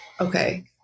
Okay